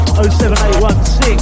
07816